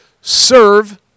Serve